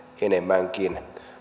enemmänkin